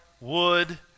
wood